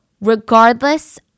regardless